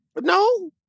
No